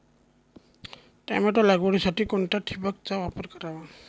Tomato लागवडीसाठी कोणत्या ठिबकचा वापर करावा?